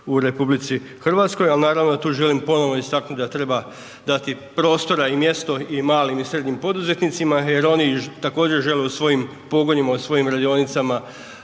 u obrtništvu u RH ali naravno da tu želim ponovno istaknuti da treba dati prostora i mjesto i malim i srednjim poduzetnicima jer oni također žele u svojim pogonima, u svojim radionicama